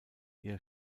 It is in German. ihr